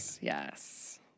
Yes